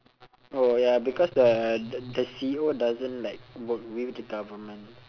oh ya because the the the C_E_O doesn't like work with the government